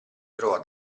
trovò